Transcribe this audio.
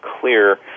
clear